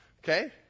okay